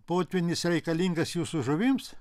potvynis reikalingas jūsų žuvims